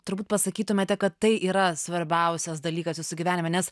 turbūt pasakytumėte kad tai yra svarbiausias dalykas jūsų gyvenime nes